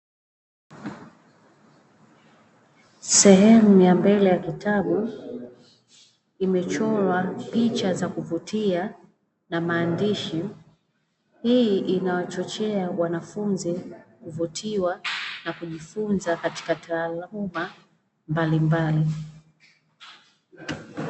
Sehemu ya mbele ya kitabu, imechorwa picha za kuvutia na maandishi. Hii inawachochea wanafunzi kuvutiwa na kujifunza katika taaluma mbalimbali.